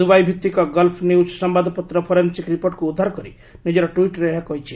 ଦୁବାଇଭିଭିକ Gulf News ସମ୍ଭାଦପତ୍ର forensic ରିପୋର୍ଟକୁ ଉଦ୍ଧାର କରି ନିଜର ଟ୍ୱିଟର୍ରେ ଏହା କହିଛି